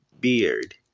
beard